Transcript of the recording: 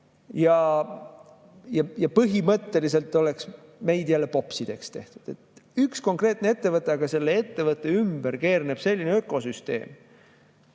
Põhimõtteliselt oleks meid jälle popsideks tehtud. Üks konkreetne ettevõte, aga selle ettevõtte ümber keerleb suur ökosüsteem,